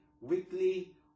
weekly